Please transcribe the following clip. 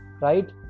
right